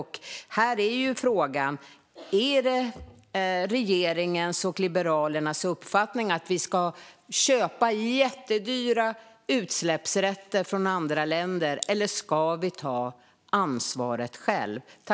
Här är frågan: Är det regeringens och Liberalernas uppfattning att vi ska köpa jättedyra utsläppsrätter från andra länder eller ska vi ta ansvaret själva?